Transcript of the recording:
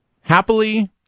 happily